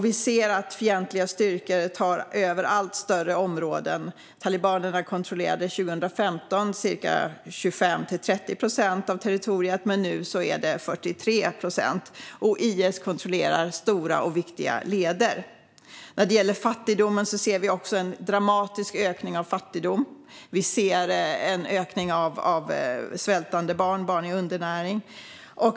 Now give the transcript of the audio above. Vi ser att fientliga styrkor tar över allt större områden. Talibanerna kontrollerade 2015 ca 25-30 procent av territoriet, men nu är det 43 procent. IS kontrollerar stora och viktiga leder. Vi ser en dramatisk ökning av fattigdomen. Vi ser en ökning av svältande barn och barn i undernäring.